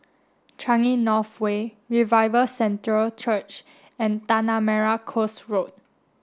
Changi North Way Revival Centre Church and Tanah Merah Coast Road